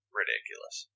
ridiculous